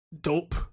Dope